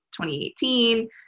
2018